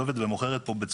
גם על זה יש לתת את הדעת.